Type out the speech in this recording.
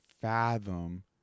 fathom